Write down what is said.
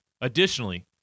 Additionally